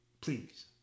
please